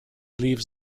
leaves